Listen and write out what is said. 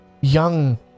young